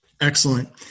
Excellent